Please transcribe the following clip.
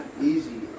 easy